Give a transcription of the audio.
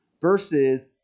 versus